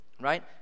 right